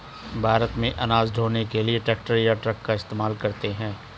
भारत में अनाज ढ़ोने के लिए ट्रैक्टर या ट्रक का इस्तेमाल करते हैं